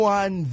one